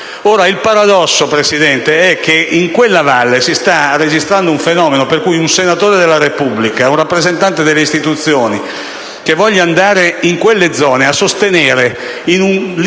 Il paradosso è che in quella valle si sta registrando un fenomeno per cui un senatore della Repubblica, un rappresentante delle istituzioni che voglia andare in quelle zone a sostenere in un libero